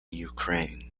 ukraine